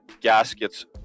gaskets